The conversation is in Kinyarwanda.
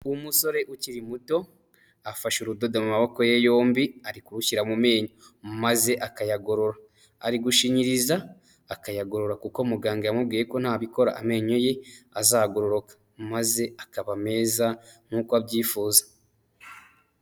Umusore ukiri muto afashe urudodo mu maboko ye yombi ari kuwushyira mu menyo maze akayagorora, ari gushinyiriza akayagorora kuko muganga yamubwiye ko nabikora amenyo ye azagororoka, maze akaba meza nk abyifuza.